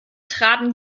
traben